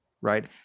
right